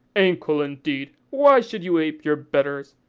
ankle indeed! why should you ape your betters?